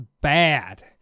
bad